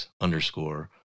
underscore